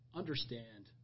understand